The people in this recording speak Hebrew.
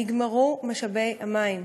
נגמרו משאבי המים.